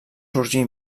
sorgir